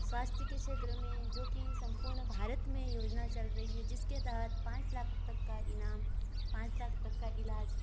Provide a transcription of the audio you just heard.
स्वास्थ्य के छेत्र में जो कि सम्पूर्ण भारत में योजना चल रही है जिसके तहत पाँच लाख तक का इनाम पाँच लाख तक का इलाज़